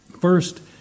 First